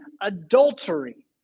adultery